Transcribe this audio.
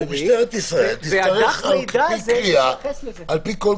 ואנחנו נדע איך להתייחס לזה.